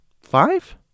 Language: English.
five